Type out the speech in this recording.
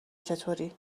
چطوری